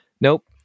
nope